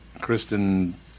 Kristen